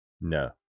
No